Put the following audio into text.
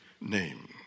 name